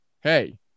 hey